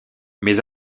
mais